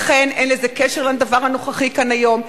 לכן, אין לזה קשר לדבר הנוכחי כאן היום.